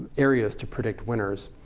areas to predict winners.